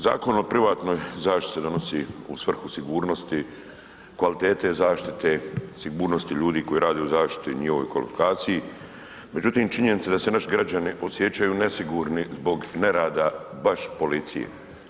Zakon o privatnoj zaštiti donosi u svrhu sigurnosti, kvalitete zaštite, sigurnosti ljudi koji rade u zaštiti i njihovoj kvalifikaciji, međutim činjenica je da se naši građani osjećaju nesigurni zbog nerada baš policije.